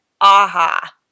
aha